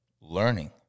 Learning